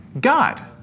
God